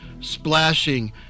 splashing